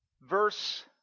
Verse